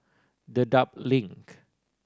Dedap Link